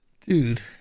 Dude